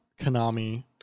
Konami